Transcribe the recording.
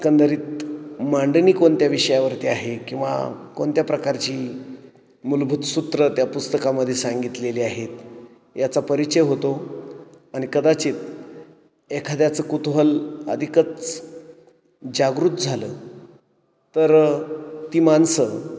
एकंदरीत मांडणी कोणत्या विषयावरती आहे किंवा कोणत्या प्रकारची मूलभूत सूत्रं त्या पुस्तकामध्ये सांगितलेली आहेत याचा परिचय होतो आणि कदाचित एखाद्याचं कुतूहल अधिकच जागृूत झालं तर ती माणसं